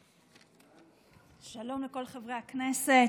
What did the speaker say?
שלום לכל חברי הכנסת.